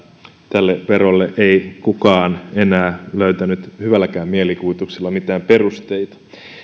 tälle verolle ei kukaan enää löytänyt hyvälläkään mielikuvituksella mitään perusteita